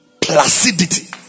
Placidity